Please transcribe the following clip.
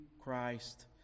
Christ